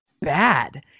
bad